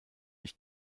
ich